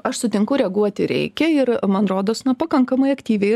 aš sutinku reaguoti reikia ir man rodos na pakankamai aktyviai ir